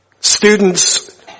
students